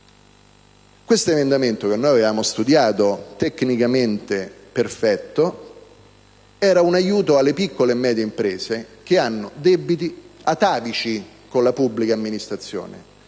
Questo emendamento che avevamo studiato, tecnicamente perfetto, era un aiuto alle piccole e medie imprese che hanno crediti atavici con la pubblica amministrazione;